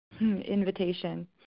Invitation